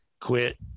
quit